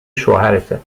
شوهرته